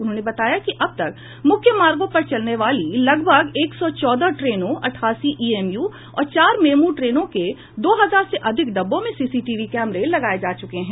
उन्होंने बताया कि अब तक मुख्य मार्गों पर चलने वाली लगभग एक सौ चौदह ट्रेनों अठासी ईएमयू और चार मेमू ट्रेनों के दो हजार से अधिक डिब्बों में सीसीटीवी कैमरे लगाये जा चुके हैं